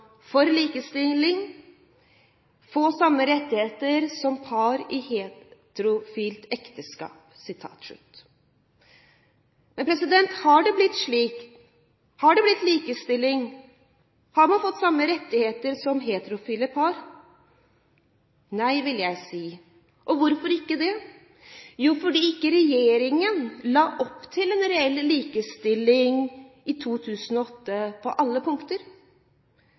likestilling», «gi samme rettigheter som par i heterofile ekteskap». Men har det blitt slik? Har det blitt likestilling? Har man fått samme rettigheter som heterofile par? Nei, vil jeg si. Og hvorfor ikke det? Jo, fordi regjeringen ikke la opp til en reell likestilling i 2008 på alle punkter.